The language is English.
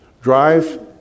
Drive